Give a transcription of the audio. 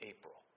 April